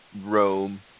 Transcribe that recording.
Rome